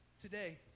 Today